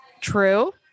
True